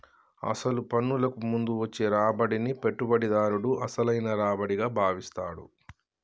అసలు పన్నులకు ముందు వచ్చే రాబడిని పెట్టుబడిదారుడు అసలైన రావిడిగా భావిస్తాడు